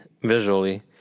visually